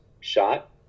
shot